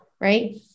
right